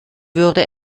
würde